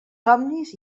somnis